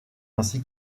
ainsi